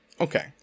Okay